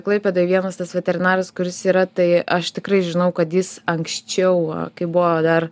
klaipėdoj vienas tas veterinaras kuris yra tai aš tikrai žinau kad jis anksčiau kai buvo dar